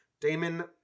Damon